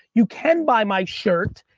you can buy my shirt,